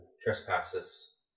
trespassers